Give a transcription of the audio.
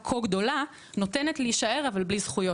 כה גדולה נותנת להישאר אבל בלי זכויות.